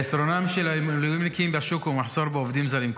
חסרונם של המילואימניקים בשוק ומחסור בעובדים זרים,